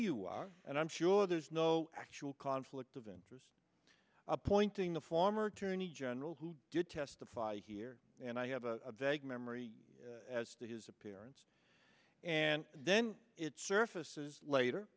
you are and i'm sure there's no actual conflict of interest appointing a former attorney general who did testify here and i have a vague memory as to his appearance and then it surfaces later